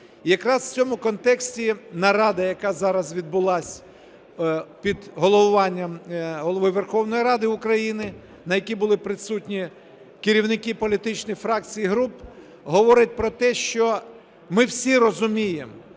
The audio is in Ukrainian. Якраз у цьому контексті нарада, яка зараз відбулася під головуванням Голови Верховної Ради України, на якій були присутні керівники політичних фракцій і груп, говорять про те, що ми всі розуміємо,